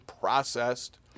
processed